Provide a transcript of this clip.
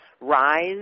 rise